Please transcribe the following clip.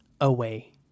away